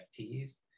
NFTs